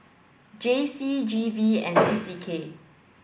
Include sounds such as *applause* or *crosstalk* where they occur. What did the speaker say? J C G V and *noise* C C K